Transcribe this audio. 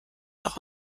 auch